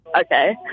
Okay